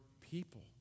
people